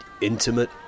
intimate